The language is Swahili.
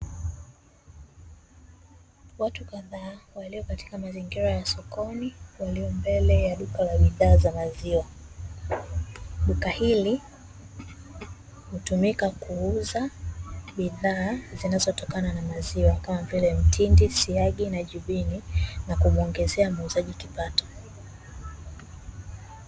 Watu kadhaa walio katika mazingira ya sokoni, iliyo mbele ya duka la bidhaa za maziwa. Duka hili hutumika kuuza bidhaa zinazotokana na maziwa kama vile; mtindi, siagi, na jibini na kumuongezea muuzaji kipato.